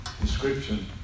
description